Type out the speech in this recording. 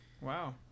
Wow